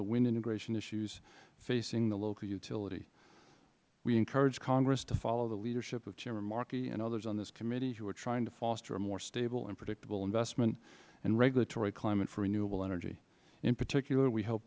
the wind integration issues facing the local utility we encourage congress to follow the leadership of chairman markey and others on this committee who are trying to foster a more stable and predictable investment and regulatory climate for renewable energy in particular we h